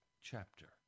chapter